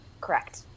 Correct